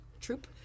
troop